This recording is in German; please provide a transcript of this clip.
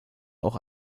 auch